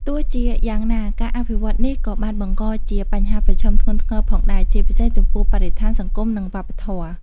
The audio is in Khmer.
ទោះជាយ៉ាងណា ការអភិវឌ្ឍនេះក៏បានបង្កជា បញ្ហាប្រឈមធ្ងន់ធ្ងរ ផងដែរ ជាពិសេសចំពោះបរិស្ថាន សង្គម និងវប្បធម៌។